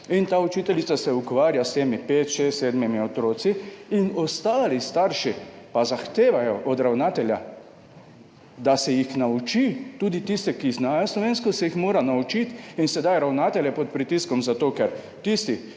in ta učiteljica se ukvarja s temi petimi, šestimi, sedmimi otroki. Ostali starši pa zahtevajo od ravnatelja, da se jih nauči, tudi tiste, ki znajo slovensko, se jih mora naučiti. In sedaj je ravnatelj pod pritiskom, zato ker tisti,